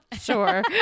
Sure